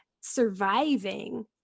surviving